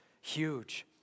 Huge